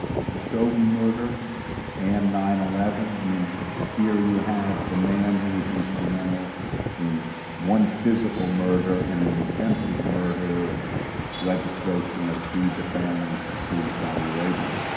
the khashoggi murder and nine eleven, i mean here you have the man who was instrumental in one physical murder and an attempted murder of legislation that freed the families to sue saudi arabia.